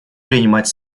принимать